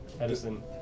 Edison